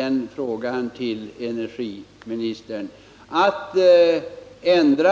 En successiv avveckling är ju ett svepande uttryck, vars innebörd inte